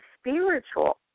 spiritual